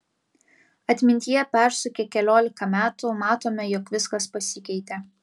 atmintyje persukę keliolika metų matome jog viskas pasikeitė